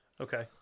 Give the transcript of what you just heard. Okay